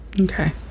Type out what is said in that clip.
Okay